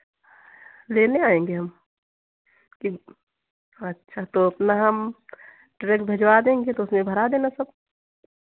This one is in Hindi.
लेने आएँगे हम कि अच्छा तो अपना हम ट्रक भिजवा देंगे तो उसमें भरा देना सब